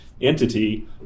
entity